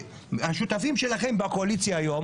מהשותפים שלכם בקואליציה היום